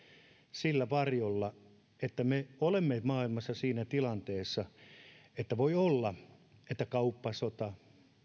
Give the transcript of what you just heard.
sillä varjolla että me olemme maailmassa siinä tilanteessa että voi olla että kauppasota